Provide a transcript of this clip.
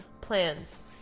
plans